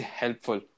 helpful